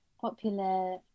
popular